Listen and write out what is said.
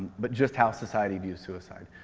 but just how society views suicide.